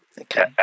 Okay